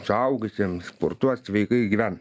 suaugusiem sportuot sveikai gyvent